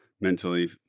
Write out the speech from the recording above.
Mentally